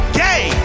gay